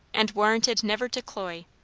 and warranted never to cloy.